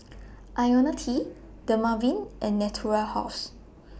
Ionil T Dermaveen and Natura House